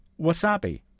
Wasabi